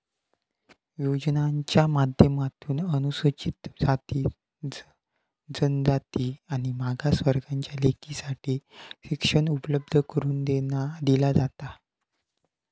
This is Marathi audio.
योजनांच्या माध्यमातून अनुसूचित जाती, जनजाति आणि मागास वर्गाच्या लेकींसाठी शिक्षण उपलब्ध करून दिला जाता